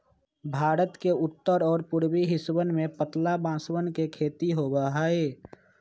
भारत के उत्तर और पूर्वी हिस्सवन में पतला बांसवन के खेती होबा हई